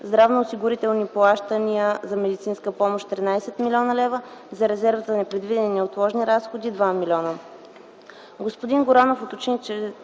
здравноосигурителни плащания за медицинска помощ 13 млн. лв.; - за резерв за непредвидени и неотложни разходи 2 млн.